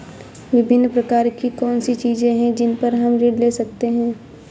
विभिन्न प्रकार की कौन सी चीजें हैं जिन पर हम ऋण ले सकते हैं?